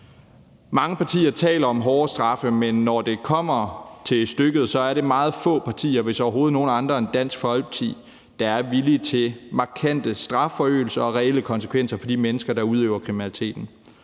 Mange partier taler om hårdere straffe, men når det kommer til stykket, er det meget få partier, hvis overhovedet nogen andre end Dansk Folkeparti, der er villige til markante strafforøgelser og reelle konsekvenser for de mennesker, der udøver kriminaliteten.